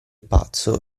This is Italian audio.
pazzo